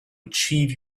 achieve